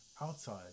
outside